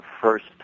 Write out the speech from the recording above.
first